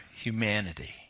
humanity